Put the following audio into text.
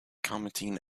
commenting